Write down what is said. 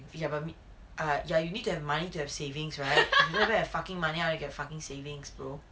ya miss uh ya you need to have money to have savings right you don't even have fucking money how to get fucking savings bro